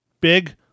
Big